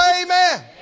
amen